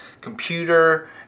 computer